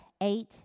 eight